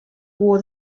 wore